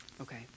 Okay